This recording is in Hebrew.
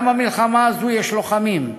גם במלחמה הזאת יש לוחמים,